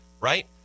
right